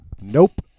Nope